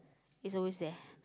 is always there